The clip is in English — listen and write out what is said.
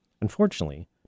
Unfortunately